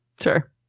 sure